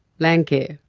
landcare,